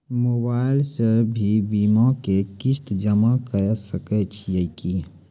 Mobile से भी बीमा के किस्त जमा करै सकैय छियै कि?